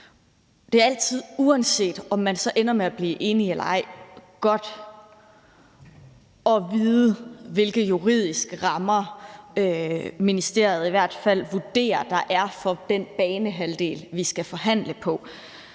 Det er altid, uanset om man så ender med at blive enige eller ej, godt at vide, hvilke juridiske rammer ministeriet i hvert fald vurderer der er for den banehalvdel, vi skal forhandle på.